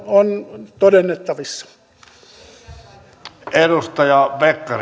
on todennettavissa